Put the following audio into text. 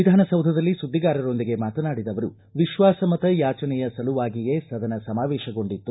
ವಿಧಾನಸೌಧದಲ್ಲಿ ಸುದ್ದಿಗಾರರೊಂದಿಗೆ ಮಾತನಾಡಿದ ಅವರು ವಿಶ್ವಾಸ ಮತ ಯಾಚನೆಯ ಸಲುವಾಗಿಯೇ ಸದನ ಸಮಾವೇಶಗೊಂಡಿತ್ತು